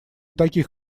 таких